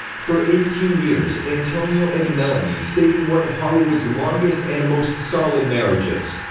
for eighteen years, antonio and melanie stayed in one of hollywood's longest and most solid marriages,